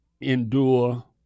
endure